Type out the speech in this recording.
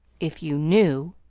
if you knew!